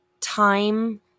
time